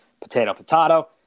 potato-potato